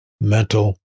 mental